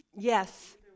Yes